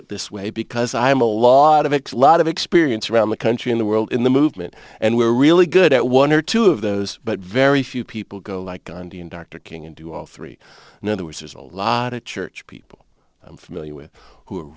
it this way because i am a lot of a lot of experience around the country in the world in the movement and we're really good at one or two of those but very few people go like gandhi and dr king and do all three in other words there's a lot of church people i'm familiar with who are